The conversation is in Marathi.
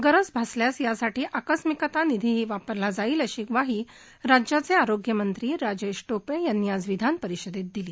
गरज भासल्यास याकरता आकस्मिकता निधीही वापरला जाईल अशी ग्वाही राज्याचे आरोग्यमंत्री राजेश टोपे यांनी आज विधान परिषदेत दिली